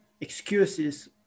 excuses